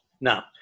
Now